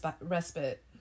respite